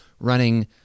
running